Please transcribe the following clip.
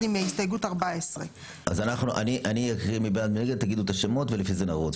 עם הסתייגות מספר 14. תגידו את מספר ההסתייגות ולפי זה נצביע.